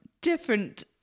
different